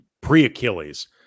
pre-Achilles